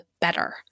better